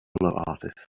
artist